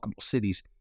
cities